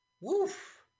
Woof